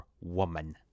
woman